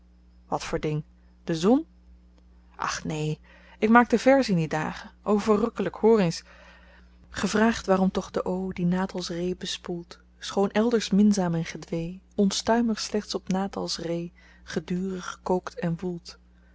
wat voor ding de zon ach neen ik maakte verzen in die dagen o verrukkelyk hoor eens ge vraagt waarom toch de o die natals ree bespoelt schoon elders minzaam en gedwee ontstuimig slechts op natals ree gedurig kookt en woelt